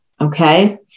okay